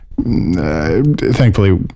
thankfully